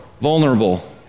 vulnerable